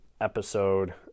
episode